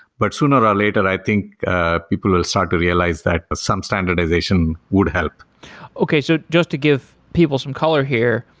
but sooner or later, i think ah people will start to realize that but some standardization would help okay, so just to give people some color here,